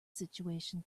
situation